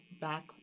back